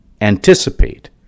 anticipate